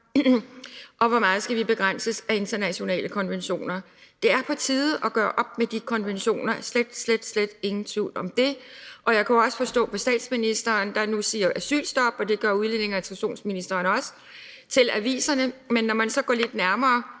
og hvor meget vi skal begrænses af internationale konventioner. Det er på tide at gøre op med de konventioner. Der er slet, slet ingen tvivl om det. Og jeg kunne også forstå på statsministeren, at hun nu siger, at der skal være asylstop, og det gør udlændinge- og integrationsministeren også til aviserne, men når man så spørger lidt nærmere